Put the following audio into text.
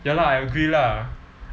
ya lah I agree lah